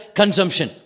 consumption